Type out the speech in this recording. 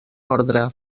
ordre